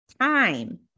time